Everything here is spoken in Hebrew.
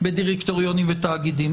בדירקטוריונים ותאגידים.